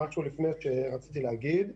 משהו שרציתי להגיד.